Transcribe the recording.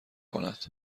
کند